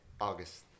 August